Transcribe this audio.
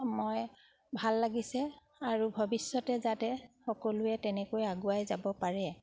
মই ভাল লাগিছে আৰু ভৱিষ্যতে যাতে সকলোৱে তেনেকৈ আগুৱাই যাব পাৰে